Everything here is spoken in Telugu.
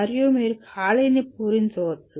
మరియు మీరు ఖాళీని పూరించవచ్చు